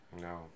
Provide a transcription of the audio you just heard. No